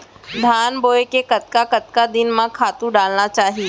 धान बोए के कतका कतका दिन म खातू डालना चाही?